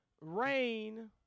rain